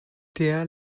der